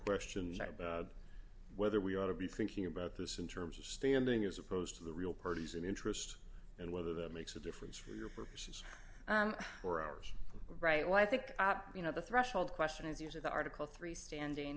question whether we ought to be thinking about this in terms of standing as opposed to the real parties in interest and whether that makes a difference for your purposes or ours right what i think you know the threshold question is use of the article three standing